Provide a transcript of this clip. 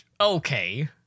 okay